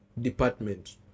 department